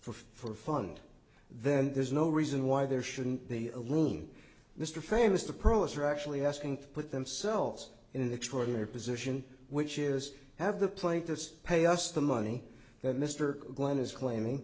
for fund then there's no reason why there shouldn't be a loon mr famous the pro us are actually asking to put themselves in an extraordinary position which is have the plate this pay us the money that mr glenn is claiming